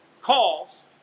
calls